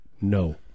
no